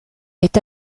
est